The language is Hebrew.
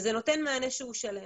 זה נותן מענה שלם.